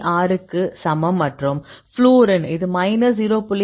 6 க்கு சமம் மற்றும் ஃவுளூரின் இது மைனஸ் 0